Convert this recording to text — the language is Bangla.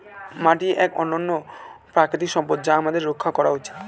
মাটি এক অনন্য প্রাকৃতিক সম্পদ যা আমাদের রক্ষা করা উচিত